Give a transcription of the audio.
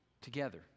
together